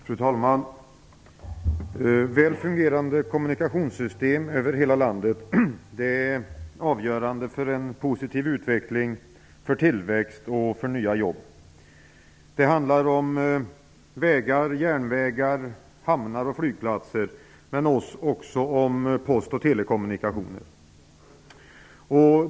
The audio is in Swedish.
Fru talman! Väl fungerande kommunikationssystem över hela landet är avgörande för en positiv utveckling, för tillväxt och för nya jobb. Det handlar om vägar, järnvägar, hamnar och flygplatser men också om post och telekommunikationer.